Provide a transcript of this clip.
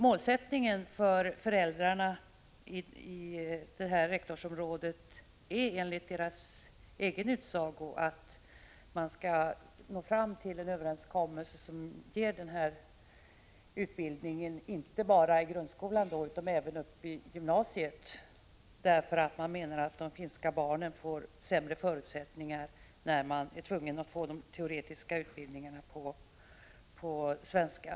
Målsättningen för föräldrarna i rektorsområdet är enligt deras egen utsago att nå fram till en överenskommelse som innebär att undervisning ges på finska inte bara i grundskolan utan även i gymnasiet. De anser att de finska barnen får sämre förutsättningar när undervisningen i teoretiska ämnen sker på svenska.